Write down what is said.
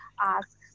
ask